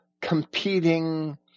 competing